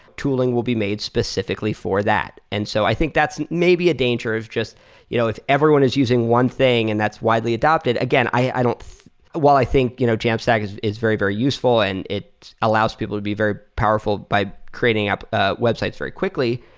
tooling will be made specifically for that. and so i think that's maybe a danger of just you know if everyone is using one thing and that's widely adopted, again, i don't while i think you know jamstack is is very, very useful and it allows people to be very powerful by creating ah websites very quickly,